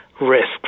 risks